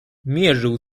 mierzył